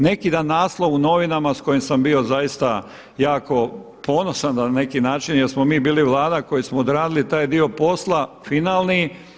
Neki dan naslov u novinama s kojim sam bio jako ponosan na neki način jer smo mi bili Vlada koji smo odradili taj dio posla finalni.